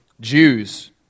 Jews